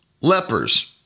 lepers